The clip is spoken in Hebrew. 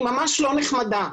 אני ממש לא נחמדה.